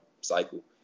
cycle